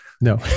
No